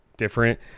different